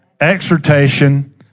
exhortation